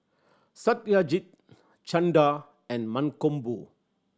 Satyajit Chanda and Mankombu